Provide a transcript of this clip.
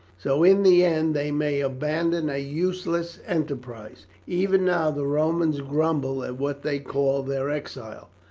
so in the end they may abandon a useless enterprise. even now the romans grumble at what they call their exile,